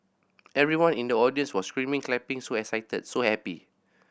everyone in the audience was screaming clapping so excited so happy